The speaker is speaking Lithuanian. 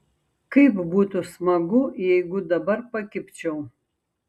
kaip būtų smagu jeigu dabar pakibčiau